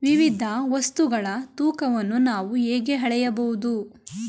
ವಿವಿಧ ವಸ್ತುಗಳ ತೂಕವನ್ನು ನಾವು ಹೇಗೆ ಅಳೆಯಬಹುದು?